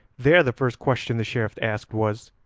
there the first question the sheriff asked was,